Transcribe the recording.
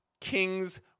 Kings